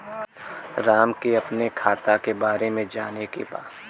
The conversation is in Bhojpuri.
राम के अपने खाता के बारे मे जाने के बा?